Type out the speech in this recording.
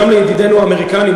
גם לידידינו האמריקנים,